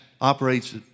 operates